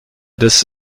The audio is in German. des